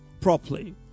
properly